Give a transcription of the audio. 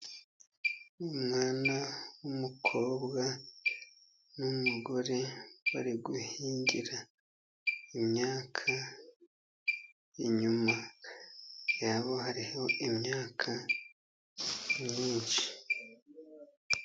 Umwana w'umukobwa n'umugore bari guhingira imyaka. Inyuma yabo hariho imyaka myinshi.